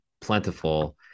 plentiful